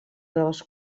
dels